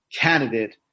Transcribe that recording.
candidate